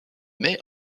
met